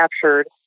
captured